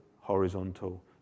horizontal